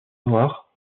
noires